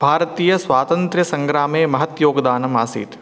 भारतीयस्वातन्त्र्यसङ्ग्रामे महत् योगदानम् आसीत्